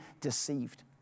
deceived